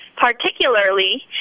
Particularly